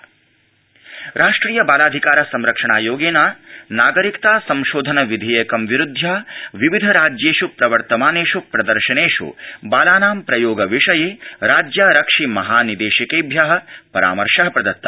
बालाधिकार संरक्षणम् राष्ट्रिय बालाधिकारसंरक्षणायोगेन नागरिकता संशोधन विधेयकं विरुध्य विविधराज्येष् प्रवर्तमानेष् प्र र्शनेष् बालानां प्रयोग विषये राज्यारक्षिमहानिप्रेशकेभ्य परामर्श प्र त्त